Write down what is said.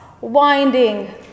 winding